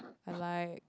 I like